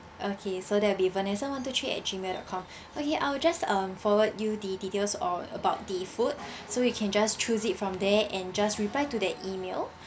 okay so that will be vanessa one two three at gmail dot com okay I will just um forward you the details or about the food so you can just choose it from there and just reply to the email